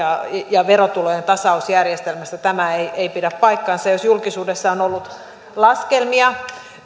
ja verotulojen tasausjärjestelmästä tämä ei ei pidä paikkaansa jos julkisuudessa on ollut laskelmia